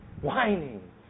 Whining